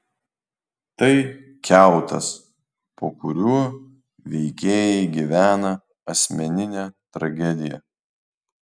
tai kiautas po kuriuo veikėjai gyvena asmeninę tragediją